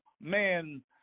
man